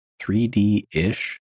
3D-ish